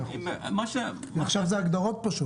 אלה הגדרות.